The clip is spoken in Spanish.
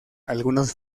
algunos